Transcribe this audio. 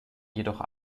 jedoch